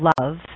love